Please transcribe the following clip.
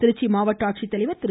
திருச்சி மாவட்ட ஆட்சித்தலைவர் திரு